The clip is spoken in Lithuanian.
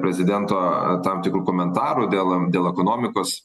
prezidento tam tikrų komentarų dėl dėl ekonomikos